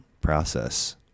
process